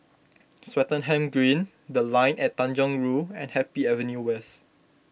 Swettenham Green the Line At Tanjong Rhu and Happy Avenue West